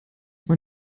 man